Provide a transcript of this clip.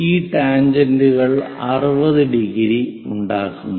ഈ ടാൻജെന്റുകൾ 60⁰ ഉണ്ടാക്കുന്നു